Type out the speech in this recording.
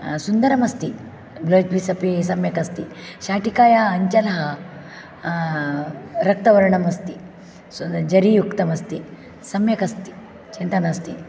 सुन्दरमस्ति blouse piece अपि सुन्दरम् अस्ति शाटिकायाः अंचलः रक्तवर्णम् अस्ति जरियुक्तम् अस्ति सम्यक् अस्ति चिन्ता नास्ति